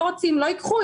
לא רוצים לא ייקחו,